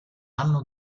hanno